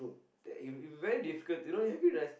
that very difficult it you know have it like